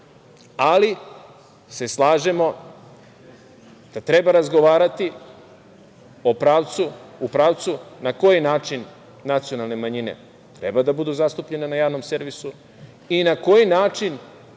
ali se slažemo da treba razgovarati o pravcu na koji način nacionalne manjine treba da budu zastupljene na javnom servisu i na koji način